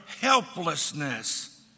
helplessness